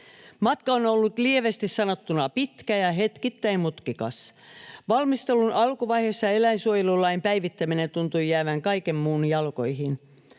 Matka on ollut lievästi sanottuna pitkä ja hetkittäin mutkikas. Valmistelun alkuvaiheessa eläinsuojelulain päivittäminen tuntui jäävän kaiken muun jalkoihin.